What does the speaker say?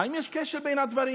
האם יש קשר בין הדברים?